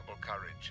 courage